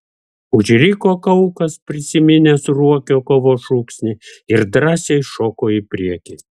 užriko kaukas prisiminęs ruokio kovos šūksnį ir drąsiai šoko į priekį